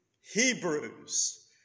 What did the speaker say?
Hebrews